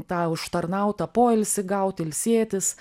tą užtarnautą poilsį gaut ilsėtis